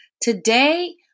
Today